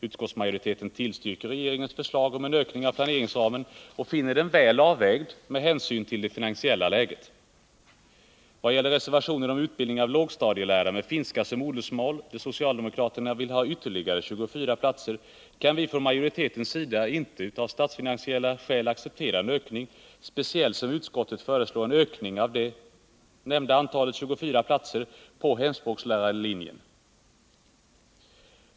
Utskottsmajoriteten tillstyrker regeringens förslag om en ökning av planeringsramen och finner den väl avvägd med hänsyn till det finansiella läget. Vad gäller reservation 3 om utbildning av lågstadielärare med finska som modersmål, där socialdemokraterna vill ha ytterligare 24 platser, kan vi från majoritetens sida av statsfinansiella skäl inte acceptera en ökning, speciellt som utskottet föreslår en ökning av antalet platser på hemspråkslärarlinjen med just detta antal.